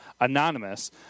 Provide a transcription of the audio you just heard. Anonymous